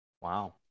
Wow